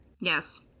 yes